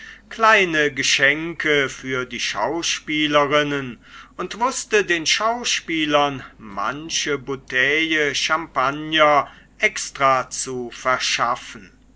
kleine geschenke für die schauspielerinnen und wußte den schauspielern manche bouteille champagner extra zu verschaffen